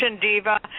diva